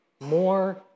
more